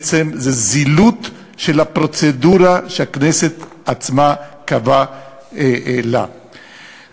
בעצם זו זילות של הפרוצדורה שהכנסת עצמה קבעה לה.